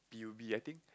p_u_b I think